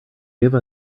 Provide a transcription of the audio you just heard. give